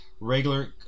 Regular